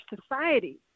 society